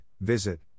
visit